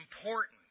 important